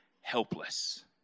helpless